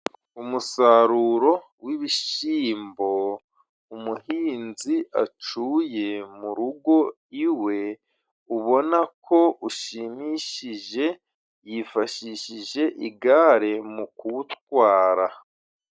Umusaruro w’ibishimbo umuhinzi acuye mu rugo iwe, ubona ko ushimishije. Yifashishije igare mu kuwutwara.